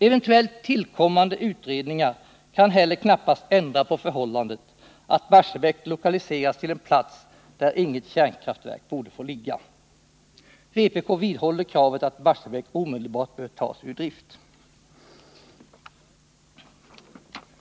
Eventuellt tillkommande utredningar kan heller knappast ändra på förhållandet att Barsebäck lokaliserats till en plats där inga kärnkraftverk borde få ligga. Vpk vidhåller kravet att Barsebäck omedelbart bör tas ur drift.